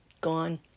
Gone